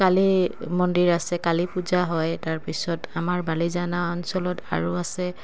কালি মন্দিৰ আছে কালী পূজা হয় তাৰ পিছত আমাৰ বালিজান অঞ্চলত আৰু আছে